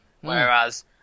Whereas